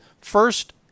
first